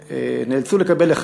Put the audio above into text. שנאלצו לקבל אחד,